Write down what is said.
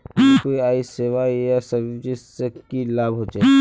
UPI सेवाएँ या services से की लाभ होचे?